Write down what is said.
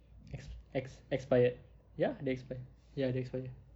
ex~ ex~ expired ya they expire ya they expire